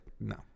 no